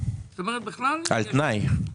זאת אומרת בכלל --- על תנאי.